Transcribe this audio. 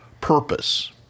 purpose